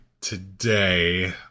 today